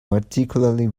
particularly